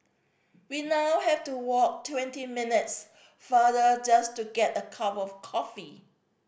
we now have to walk twenty minutes farther just to get a cup of coffee